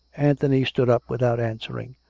anthony stood up without answering.